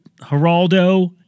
Geraldo